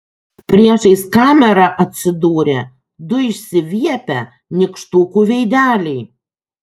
priešais kamerą atsidūrė du išsiviepę nykštukų veideliai